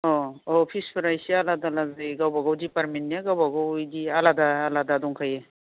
अह औ फिसफोरा एसे आलादा आलादा जायो गावबागाव डिपारमेन्टनिया गाबागाव इदि आलादा आलादा दंखायो